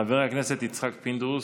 חבר הכנסת יצחק פינדרוס,